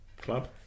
club